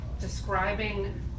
describing